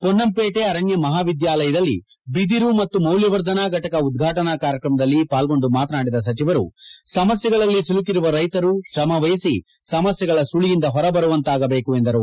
ಪೊನ್ನಂಪೇಟಿ ಅರಣ್ಯ ಮಹಾವಿದ್ಯಾಲಯದಲ್ಲಿ ಬಿದಿರು ಮತ್ತು ಮೌಲ್ಯವರ್ಧನಾ ಫಟಕ ಉದ್ಘಾಟನಾ ಕಾರ್ಯಕ್ರಮದಲ್ಲಿ ಪಾಲ್ಗೊಂಡು ಮಾತನಾಡಿದ ಸಚಿವರು ಸಮಸ್ಯೆಗಳಲ್ಲಿ ಸಿಲುಕಿರುವ ರೈತರು ತ್ರಮವಹಿಸಿ ಸಮಸ್ಥೆಗಳ ಸುಳಿಯಿಂದ ಹೊರಬರುವಂತಾಗಬೇಕು ಎಂದರು